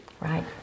Right